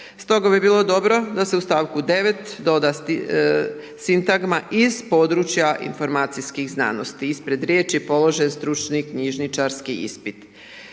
Stoga bi bilo dobro da se u stavku 9. doda sintagma iz područja informacijskih znanosti ispred riječi položen stručni knjižničarski ispit.